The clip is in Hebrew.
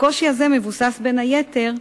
הקושי הזה מבוסס, בין היתר,